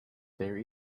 there